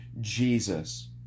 Jesus